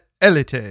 elite